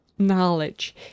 knowledge